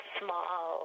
small